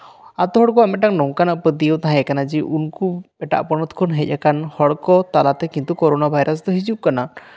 ᱟᱛᱳ ᱦᱚᱲ ᱠᱚᱣᱟᱜ ᱢᱤᱫᱴᱟᱱᱝ ᱱᱚᱝᱠᱟᱱᱟᱜ ᱯᱟᱹᱛᱭᱟᱹᱣ ᱛᱟᱦᱮᱸᱠᱟᱱᱟ ᱡᱮ ᱩᱱᱠᱩ ᱮᱴᱟᱜ ᱯᱚᱱᱚᱛ ᱠᱷᱚᱱ ᱦᱮᱡ ᱟᱠᱟᱱᱦᱚᱲ ᱠᱚ ᱛᱟᱞᱟᱛᱮ ᱠᱤᱱᱛᱩ ᱠᱳᱨᱳᱱᱟ ᱵᱷᱟᱭᱨᱟᱥ ᱫᱚ ᱦᱤᱡᱩᱜ ᱠᱟᱱᱟ